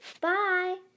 Bye